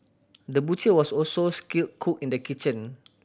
the butcher was also skilled cook in the kitchen